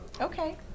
okay